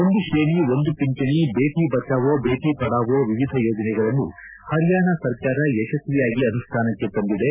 ಒಂದು ತ್ರೇಣಿ ಒಂದು ಪಿಂಚಣಿ ಬೇಟ ಬಚಾವೋ ದೇಟ ಪಢಾವೋ ವಿವಿಧ ಯೋಜನೆಗಳನ್ನು ಹರಿಯಾಣ ಸರ್ಕಾರ ಯಶಸ್ವಿಯಾಗಿ ಅನುಷ್ಠಾನಕ್ಕೆ ತಂದಿದೆ